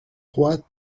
trois